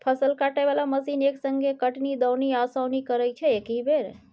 फसल काटय बला मशीन एक संगे कटनी, दौनी आ ओसौनी करय छै एकहि बेर